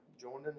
joining